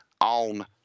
on